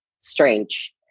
strange